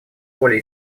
более